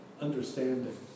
understanding